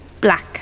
Black